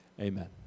Amen